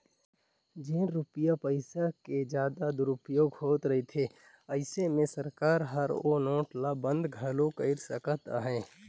जेन रूपिया पइसा के जादा दुरूपयोग होत रिथे अइसे में सरकार हर ओ नोट ल बंद घलो कइर सकत अहे